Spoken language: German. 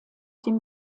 dem